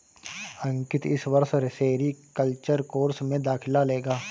अंकित इस वर्ष sericulture course में दाखिला लेगा